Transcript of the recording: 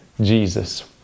Jesus